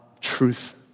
truth